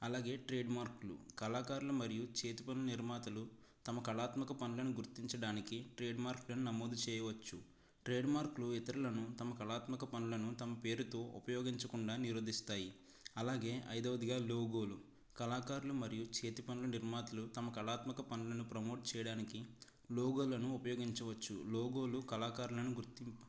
అలాగే ట్రేడ్ మార్కులు కళాకారులు మరియు చేతి పనులు నిర్మాతులు తమ కళాత్మక పనులను గుర్తించడానికి ట్రేడ్ మార్కులను నమోదు చేయవొచ్చు ట్రేడ్ మార్కులు ఇతరులను తమ కళాత్మక పనులను తన పేరుతో ఉపయోగించకుండా నిరోధిస్తాయి అలాగే ఐదవదిగా లోగోలు కళాకారులు మరియు చేతి పనులు నిర్మాతలు తమ కళాత్మక పనులను ప్రమోట్ చెయ్యడానికి లోగోలను ఉపయోగించవచ్చు లోగోలు కళాకారులను గుర్తింపు